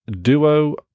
Duo